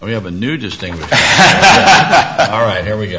we have a new distinction all right here we go